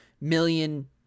million